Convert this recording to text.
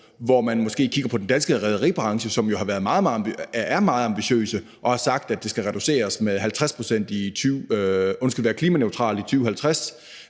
hvor man måske kigger på den danske rederibranche, som jo er meget ambitiøse og har sagt, at skibsfarten skal være klimaneutral i 2050,